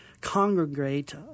congregate